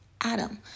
Adam